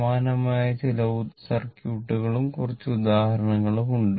സമാനമായ ചില സർക്യൂട്ടുകളും കുറച്ച് ഉദാഹരണങ്ങളും ഉണ്ട്